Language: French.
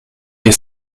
les